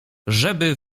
żeby